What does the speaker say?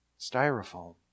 styrofoam